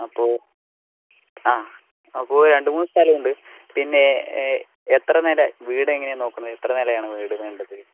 അപ്പോൾ ആ അപ്പോൾ രണ്ട് മൂന്ന് സ്ഥലം ഉണ്ട് പിന്നെ എത്ര നിലയ നോക്കുന്നത് വീട് എത്ര നിലയാ വേണ്ടത്